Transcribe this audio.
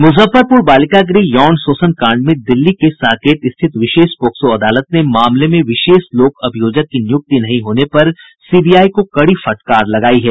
मुजफ्फरपुर बालिका गृह यौन शोषण कांड में दिल्ली के साकेत स्थित विशेष पॉक्सो अदालत ने मामले में विशेष लोक अभियोजक की नियुक्ति नहीं होने पर सीबीआई को कड़ी फटकार लगायी है